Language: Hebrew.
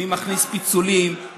מי מכניס פיצולים,